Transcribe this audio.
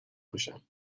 کشم